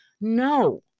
no